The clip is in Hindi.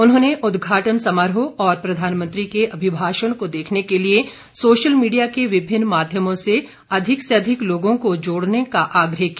उन्होंने उद्घाटन समारोह और प्रधानमंत्री के अभिभाषण को देखने के लिए सोशल मीडिया के विभिन्न माध्यमों से अधिक से अधिक लोगों को जोड़ने का आग्रह किया